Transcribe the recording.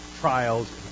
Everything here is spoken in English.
trials